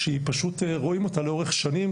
שהיא פשוט רואים אותה לאורך שנים.